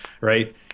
Right